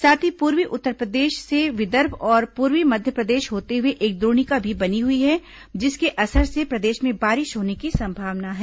साथ ही पूर्वी उत्तरप्रदेश से विदर्भ और पूर्वी मध्यप्रदेश होते हुए एक द्रोणिका भी बनी हई है जिसके असर से प्रदेश में बारिश होने की संभावना है